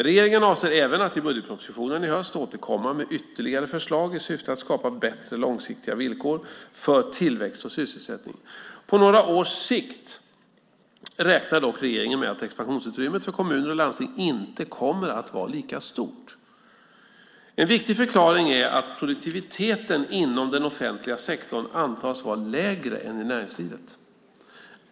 Regeringen avser även att i budgetpropositionen i höst återkomma med ytterligare förslag i syfte att skapa bättre långsiktiga villkor för tillväxt och sysselsättning. På några års sikt räknar dock regeringen med att expansionsutrymmet för kommuner och landsting inte kommer att vara lika stort. En viktig förklaring är att produktiviteten inom den offentliga sektorn antas vara lägre än i näringslivet.